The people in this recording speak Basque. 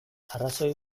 arrazoi